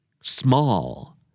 small